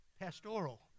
pastoral